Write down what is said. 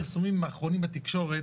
לפי הפרסומים האחרונים בתקשורת,